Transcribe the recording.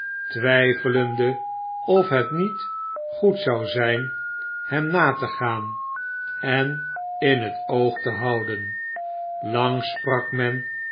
twijfelende of het niet goed zou zijn hem na te gaan en in het oog te houden lang sprak men